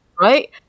right